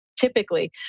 typically